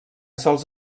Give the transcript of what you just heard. sols